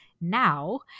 now